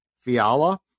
Fiala